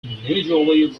individually